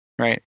right